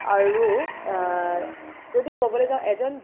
আৰু যদি ক'বলৈ যাও এজন